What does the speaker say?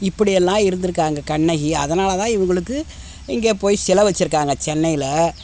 இப்படி எல்லாம் இருந்திருக்காங்க கண்ணகி அதனால தான் இவங்களுக்கு இங்கே போய் செலை வெச்சுருக்காங்க சென்னையில்